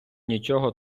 нічого